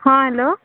ହଁ ହେଲୋ